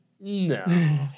no